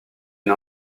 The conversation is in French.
une